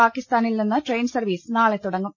പാക്കിസ്ഥാനിൽ നിന്ന് train service നാളെ തുടങ്ങും